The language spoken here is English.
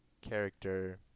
character